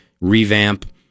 revamp